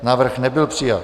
Návrh nebyl přijat.